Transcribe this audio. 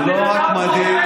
זה לא רק מדהים,